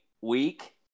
week